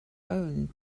own